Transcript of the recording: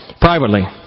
privately